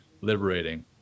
liberating